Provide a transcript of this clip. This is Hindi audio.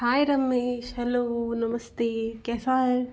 हाई रमेश हैलो नमस्ते कैसा है